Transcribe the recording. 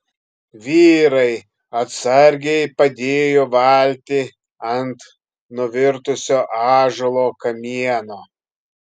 vyrai atsargiai padėjo valtį ant nuvirtusio ąžuolo kamieno